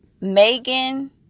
megan